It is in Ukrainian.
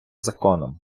законом